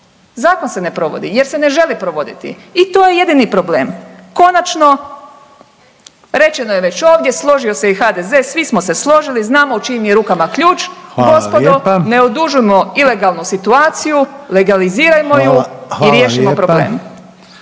Zakon se ne provodi jer se ne želi provoditi i to je jedini problem. Konačno, rečeno je već ovdje, složio se i HDZ, svi smo se složili znamo u čijim je rukama ključ …/Upadica: Hvala lijepa./… gospodo, ne odužujmo ilegalnu situaciju, legalizirajmo ju …/Upadica: Hvala